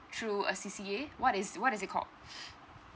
through a C_C_A what is what is it called